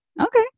Okay